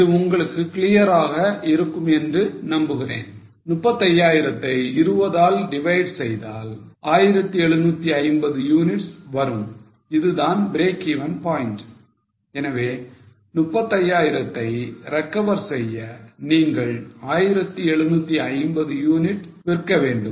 இது உங்களுக்கு கிளியர் ஆக இருக்கும் என்று நம்புகிறேன் 35000 தை 20 ஆல் divide செய்தால் 1750 units வரும் இதுதான் breakeven point எனவே 35000 தை recover செய்ய நீங்கள் 1750 units விற்க வேண்டும்